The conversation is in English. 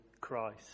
Christ